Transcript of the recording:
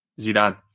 Zidane